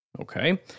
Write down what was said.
Okay